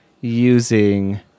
using